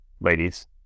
ladies